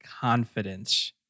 confidence